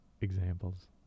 examples